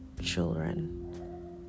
children